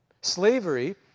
Slavery